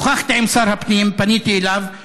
שוחחתי עם שר הפנים, פניתי אליו.